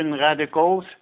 radicals